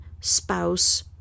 spouse